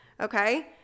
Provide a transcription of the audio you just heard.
Okay